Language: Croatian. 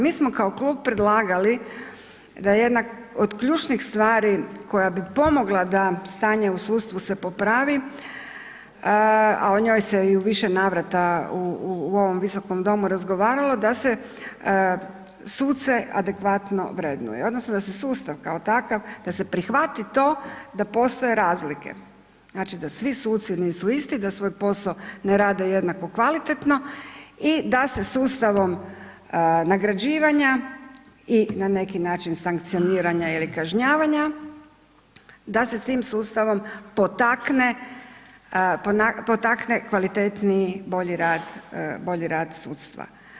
Mi smo kao klub predlagali da jedna od ključnih stvari koja bi pomogla da stanje u sudstvu se popravi, a o njoj se i u više navrata u, u, u ovom visokom domu razgovaralo, da se suce adekvatno vrednuje odnosno da se sustav kao takav, da se prihvati to da postoje razlike, znači da svi suci nisu isti, da svoj posao ne rade jednako kvalitetno i da se sustavom nagrađivanja i na neki način sankcioniranja ili kažnjavanja, da se tim sustavom potakne, potakne kvalitetniji, bolji rad, bolji rad sudstva.